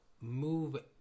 move